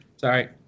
Sorry